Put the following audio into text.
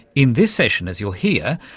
in this session, as you'll hear,